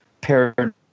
paranoid